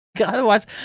Otherwise